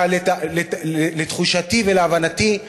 לתחושתי ולהבנתי,